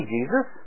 Jesus